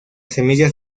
semillas